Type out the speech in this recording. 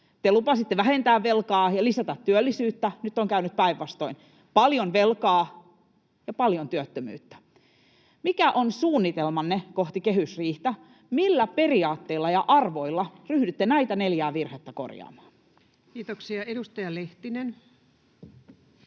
Te lupasitte vähentää velkaa ja lisätä työllisyyttä. Nyt on käynyt päinvastoin: paljon velkaa ja paljon työttömyyttä. Mikä on suunnitelmanne kohti kehysriihtä: millä periaatteilla ja arvoilla ryhdytte näitä neljää virhettä korjaamaan? [Speech 139] Speaker: